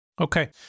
Okay